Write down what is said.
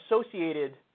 associated